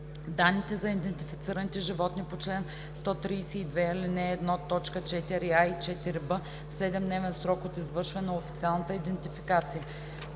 данните за идентифицираните животни по чл. 132, ал. 1, т. 4а и 4б – в 7-дневен срок от извършване на официалната идентификация;“.